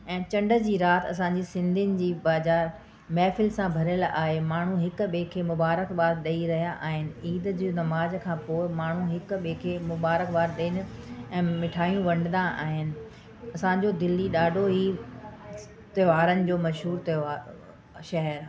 ऐं चंड जी रात असां जी सिंधियुन जी बाज़ार महफ़िल सां भरियल आहे माण्हू हिक ॿिए खे मुबारकबाद ॾेई रहिया आहिनि ईद जी नमाज़ खां पोइ माण्हू हिक ॿिए खे मुबारकबाद ॾियनि ऐं मिठायूं वन्ढींदा आहिनि असांजो दिल्ली ॾाढो ई सि त्योहारनि जो मशहूरु त्योहार शहर आहे